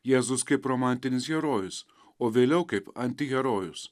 jėzus kaip romantinis herojus o vėliau kaip antiherojus